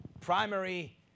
primary